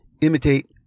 imitate